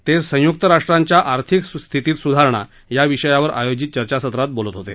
ते संय्क्त् राष्ट्रांच्या आर्थिक स्थितीत सुधारण या विषयावर आयोजित चर्चासत्रात बोलत होते